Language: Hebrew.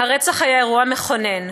הרצח היה אירוע מכונן,